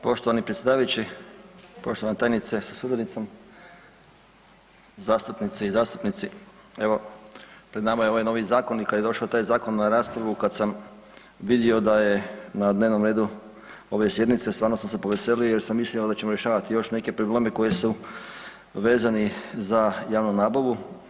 Poštovani predsjedavajući, poštovana tajnice sa suradnicom, zastupnice i zastupnici, evo pred nama je ovaj novi zakon i kad je došao taj zakon na raspravu kad sam vidio da je na dnevnom redu ove sjednice stvarno sam se poveselio jer sam mislio da ćemo rješavati još neke probleme koji su vezani za javnu nabavu.